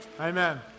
Amen